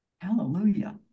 Hallelujah